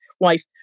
wife